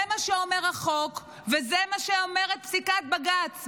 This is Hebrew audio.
זה מה שאומר החוק וזה מה שאומרת פסיקת בג"ץ.